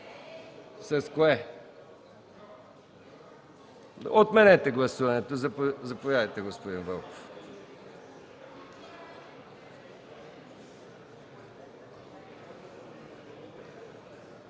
Вълков.) Отменете гласуването. Заповядайте, господин Вълков.